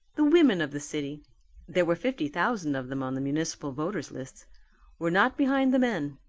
the women of the city there were fifty thousand of them on the municipal voters list were not behind the men.